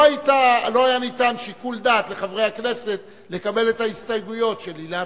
לא היה ניתן שיקול דעת לחברי הכנסת לקבל את ההסתייגויות של אילטוב.